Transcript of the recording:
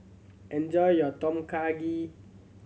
enjoy your Tom Kha